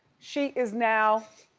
she is now